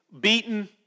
beaten